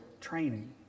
training